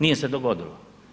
Nije se dogodilo.